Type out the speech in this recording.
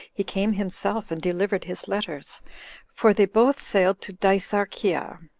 he came himself, and delivered his letters for they both sailed to dicearchia,